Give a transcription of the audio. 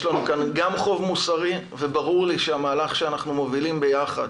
לנו כאן גם חוב מוסרי וברור לי שהמהלך שאנחנו מובילים ביחד,